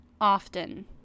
often